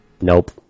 Nope